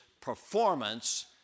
performance